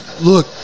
Look